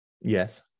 Yes